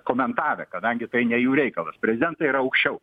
komentavę kadangi tai ne jų reikalas prezidentai yra aukščiau